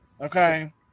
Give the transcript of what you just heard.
okay